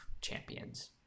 champions